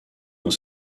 dans